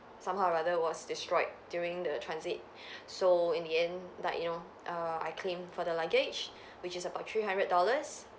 somehow or rather was destroyed during the transit so in the end like you know err I claimed for the luggage which is about three hundred dollars